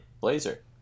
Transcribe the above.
Blazer